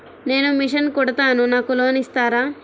నేను మిషన్ కుడతాను నాకు లోన్ ఇస్తారా?